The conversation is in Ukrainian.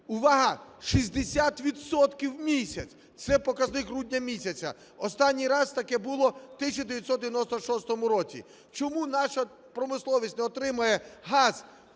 відсотків в місяць. Це показник грудня місяця. Останній раз таке було в 1996 році. Чому наша промисловість не отримує газ